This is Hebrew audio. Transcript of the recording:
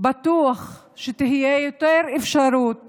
בטוח שתהיה יותר אפשרות